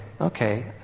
okay